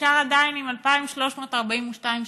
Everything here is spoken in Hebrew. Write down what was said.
נשאר עדיין עם 2,342 שקלים.